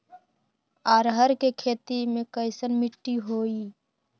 अरहर के खेती मे कैसन मिट्टी होइ?